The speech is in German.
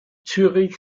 zürich